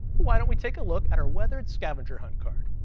why don't we take a look at our weathered scavenger hunt card?